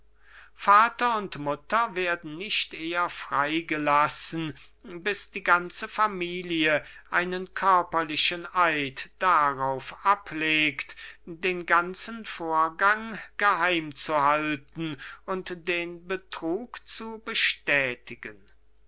herr vater und mutter werden nicht eher freigelassen bis die ganze familie einen körperlichen eid darauf abgelegt den ganzen vorgang geheim zu halten und den betrug zu bestätigen